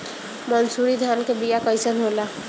मनसुरी धान के बिया कईसन होला?